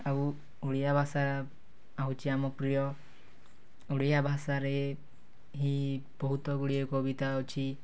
ଆଉ ଓଡ଼ିଆ ଭାଷା ହେଉଛି ଆମ ପ୍ରିୟ ଓଡ଼ିଆ ଭାଷରେ ହିଁ ବହୁତ ଗୁଡ଼ିଏ କବିତା ଅଛି